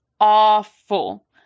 Awful